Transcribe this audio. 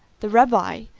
the rabbi,